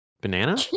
banana